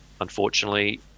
unfortunately